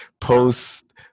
post